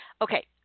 Okay